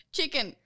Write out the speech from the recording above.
Chicken